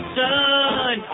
sun